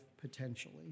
potentially